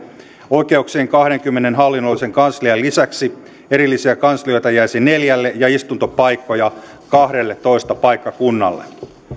oikeuksien kahdenkymmenen hallinnollisen kanslian lisäksi erillisiä kanslioita jäisi neljälle ja istuntopaikkoja kahdelletoista paikkakunnalle